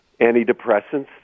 antidepressants